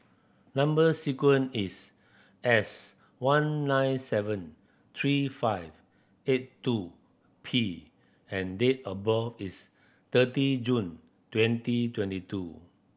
number sequence is S one nine seven three five eight two P and date of birth is thirty June twenty twenty two